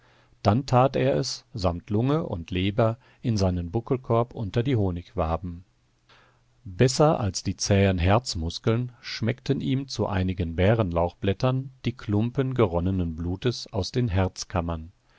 dann tat er es samt lunge und leber in seinen buckelkorb unter die honigwaben besser als die zähen herzmuskeln schmeckten ihm zu einigen bärenlauchblättern die klumpen geronnenen blutes aus den